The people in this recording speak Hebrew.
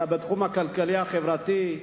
בתחום הכלכלי-חברתי,